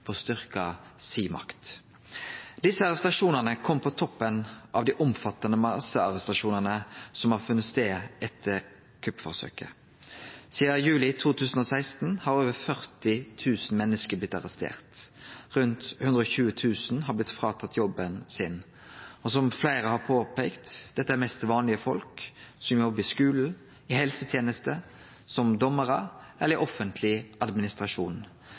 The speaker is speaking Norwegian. å styrkje makta si. Desse arrestasjonane kjem på toppen av dei omfattande massearrestasjonane som har funne stad etter kuppforsøket. Sidan juli 2016 har over 40 000 menneske blitt arresterte. Rundt 120 000 har blitt fråtatt jobben sin, og som fleire har peika på, er dette mest vanlege folk, som jobbar i skulen, i helseteneste, som dommarar eller i offentleg administrasjon.